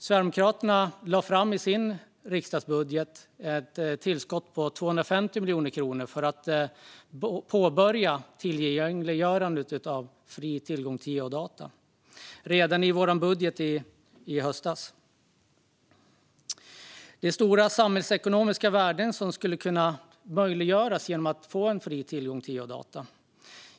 Sverigedemokraterna hade redan i sin riksdagsbudget i höstas ett tillskott på 250 miljoner kronor för att påbörja tillgängliggörandet av geodata. Stora samhällsekonomiska värden skulle möjliggöras genom fri tillgång till geodata.